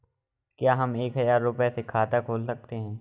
क्या हम एक हजार रुपये से खाता खोल सकते हैं?